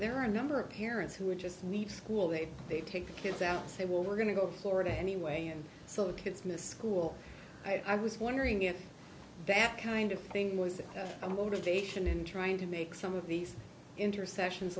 there are a number of parents who would just leave school they they take the kids out say well we're going to go to florida anyway and so the kids miss school i was wondering if that kind of thing was a motivation in trying to make some of these intersections